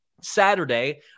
Saturday